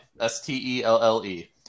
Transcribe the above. S-T-E-L-L-E